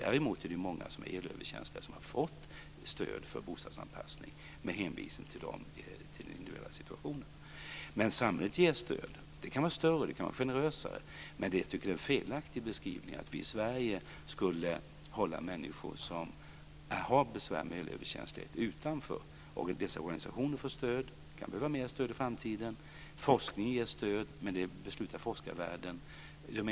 Däremot är det många som är elöverkänsliga som har fått stöd för bostadsanpassning med hänvisning till den individuella situationen. Samhället ger stöd. Det kan vara större och generösare. Men det är en felaktig beskrivning att vi i Sverige skulle hålla människor som har besvär med elöverkänslighet utanför. Dessa organisationer får stöd. Forskningen ges stöd. Men det beslutar forskarvärlden om.